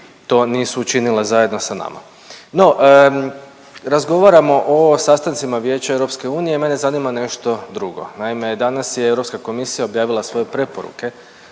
to nisu učinile zajedno sa nama. No, razgovaramo o sastancima Vijeća EU i mene zanima nešto drugo. Naime, danas je Europska komisija objavila svoje preporuke